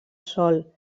sòl